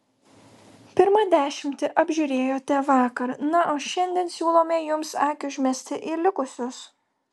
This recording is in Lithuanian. pirmą dešimtį apžiūrėjote vakar na o šiandien siūlome jums akį užmesti į likusius